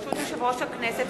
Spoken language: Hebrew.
ברשות יושב-ראש הכנסת,